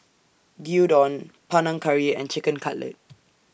Gyudon Panang Curry and Chicken Cutlet